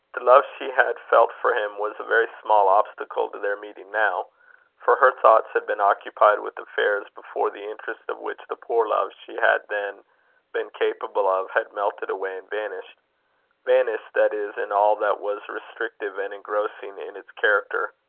the love she had felt for him was a very small obstacle to their meeting now for her thoughts had been occupied with affairs, before the interest of which the poor love she had then been capable of, had melted away and vanished vanished, that is, in all that was restrictive and engrossing in its character.